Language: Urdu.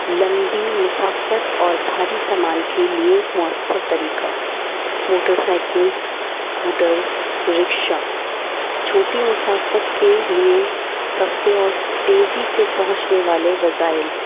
لمبی مسافت اور بھاری سامان کے لیے مؤثر طریقہ موٹر سائیکلس اسکوٹرس رکشہ چھوٹی مسافت کے لیے سستے اور تیزی سے پہنچنے والے وسائل